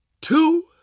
two